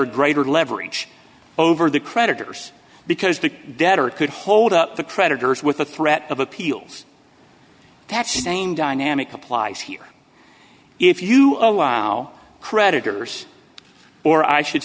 or greater leverage over the creditors because the debtor could hold up the creditors with a threat of appeals that's the same dynamic applies here if you allow creditors or i should